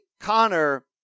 Connor